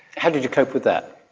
how did you cope with that?